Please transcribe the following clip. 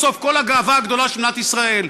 בסוף, כל הגאווה הגדולה של מדינת ישראל,